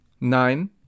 Nine